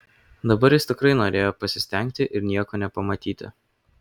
dabar jis tikrai norėjo pasistengti ir nieko nepamatyti